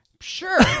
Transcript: Sure